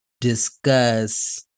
discuss